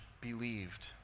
believed